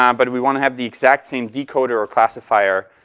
um but we wanna have the exact same decoder or classifier.